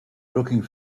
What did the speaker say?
looking